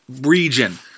region